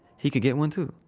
he could get one too,